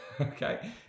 okay